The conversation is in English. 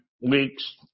week's